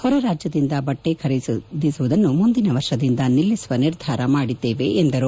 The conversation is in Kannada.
ಹೊರ ರಾಜ್ಬದಿಂದ ಬಟ್ಟೆ ಖರೀದಿಸುವುದನ್ನು ಮುಂದಿನ ವರ್ಷದಿಂದ ನಿಲ್ಲಿಸುವ ನಿರ್ಧಾರ ಮಾಡಿದ್ದೇವೆ ಎಂದರು